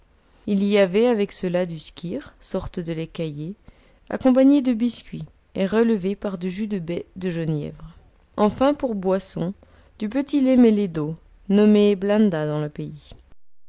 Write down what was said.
il y avait avec cela du skyr sorte de lait caillé accompagné de biscuit et relevé par du jus de baies de genièvre enfin pour boisson du petit lait mêlé d'eau nommé blanda dans le pays